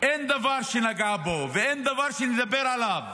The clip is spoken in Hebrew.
אין דבר שנגעה בו, ואין דבר שנדבר עליו